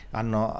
hanno